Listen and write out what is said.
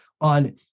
on